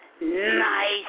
Nice